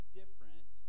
different